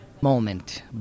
moment